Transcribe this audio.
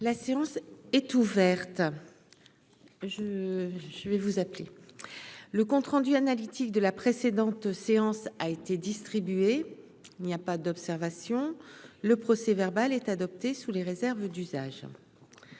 La séance est ouverte, je, je vais vous appeler le compte rendu analytique de la précédente séance a été distribué, il n'y a pas d'observation, le procès verbal est adopté sous les réserves d'usage